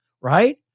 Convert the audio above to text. right